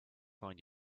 find